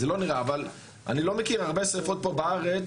זה לא נראה, אבל אני לא מכיר הרבה שריפות פה בארץ